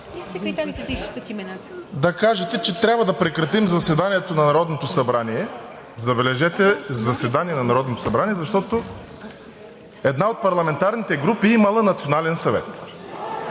да кажете, че трябва да прекратим заседанието на Народното събрание, забележете – заседание на Народното събрание, защото една от парламентарните групи имала национален съвет.